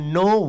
no